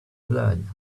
blood